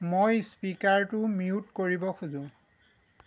মই স্পিকাৰটো মিউট কৰিব খোজো